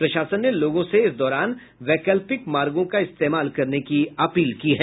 प्रशासन ने लोगों से इस दौरान वैकल्पिक मार्गो का इस्तेमाल करने की अपील की है